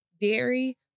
Dairy